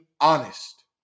honest